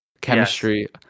chemistry